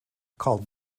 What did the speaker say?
called